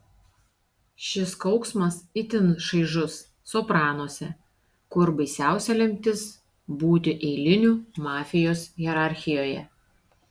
šis kauksmas itin šaižus sopranuose kur baisiausia lemtis būti eiliniu mafijos hierarchijoje